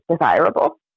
desirable